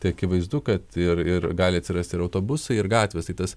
tai akivaizdu kad ir ir gali atsirasti ir autobusai ir gatvės tai tas